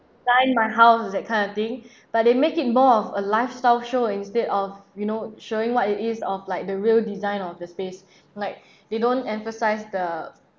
design my house that kind of thing but they make it more of a lifestyle show instead of you know showing what it is of like the real design of the space like they don't emphasize the